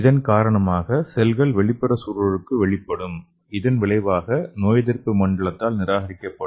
இதன் காரணமாக செல்கள் வெளிப்புற சூழலுக்கு வெளிப்படும் இதன் விளைவாக நோயெதிர்ப்பு மண்டலத்தால் நிராகரிக்கப்படும்